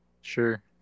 Sure